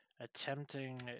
attempting